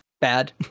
bad